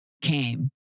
came